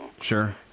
Sure